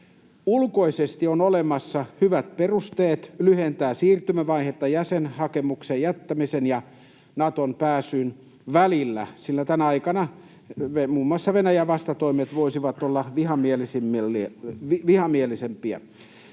Ulkoisesti on olemassa hyvät perusteet lyhentää siirtymävaihetta jäsenhakemuksen jättämisen ja Natoon pääsyn välillä, sillä tänä aikana muun muassa Venäjän vastatoimet voisivat olla vihamielisempiä.